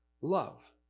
love